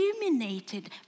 illuminated